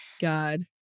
God